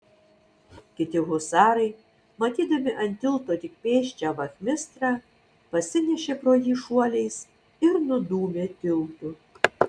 kiti husarai matydami ant tilto tik pėsčią vachmistrą pasinešė pro jį šuoliais ir nudūmė tiltu